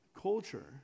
culture